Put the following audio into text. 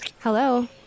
Hello